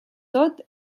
tot